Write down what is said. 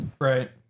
right